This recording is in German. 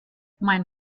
mein